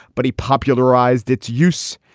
but he popularized its use.